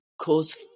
cause